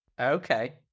Okay